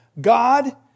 God